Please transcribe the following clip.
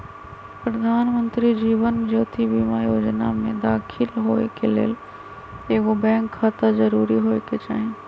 प्रधानमंत्री जीवन ज्योति बीमा जोजना में दाखिल होय के लेल एगो बैंक खाता जरूरी होय के चाही